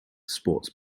sports